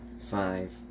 five